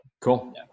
cool